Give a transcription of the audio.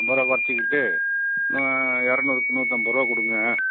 ஐம்பது ரூபாய் குறைச்சிக்கிட்டு இரநூறுக்கு நூற்றம்பது ரூபாய் கொடுங்க